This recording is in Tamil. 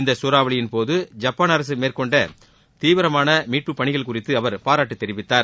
இந்த சூறாவளியின் போது ஜப்பான் அரசு மேற்கொண்ட தீவிரமான மீட்புப்பணிகள் குறித்து அவர் பாரட்டு தெரிவித்தார்